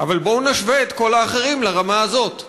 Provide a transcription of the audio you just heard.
אבל בואו נשווה את כל האחרים לרמה הזאת,